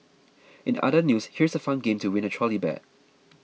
in other news here's a fun game to win a trolley bag